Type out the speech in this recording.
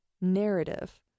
narrative